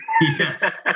yes